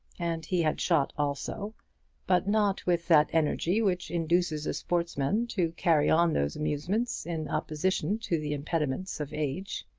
and he had shot also but not with that energy which induces a sportsman to carry on those amusements in opposition to the impediments of age.